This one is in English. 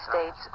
States